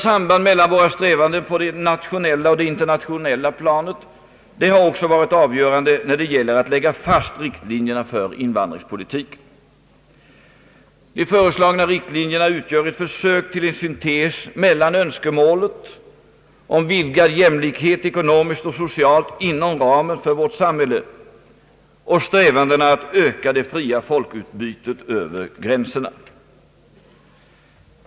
Sambandet mellan våra strävanden på det nationella och på det internationella planet har också varit avgörande då det gällt att lägga fast riktlinjerna för invandringspolitiken. De föreslagna riktlinjerna utgör ett försök till en syntes mellan önskemålet om vidgad jämlikhet, ekonomiskt och socialt, inom ramen för vårt samhälle och strävandena att öka det fria folkutbytet över gränserna.